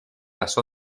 las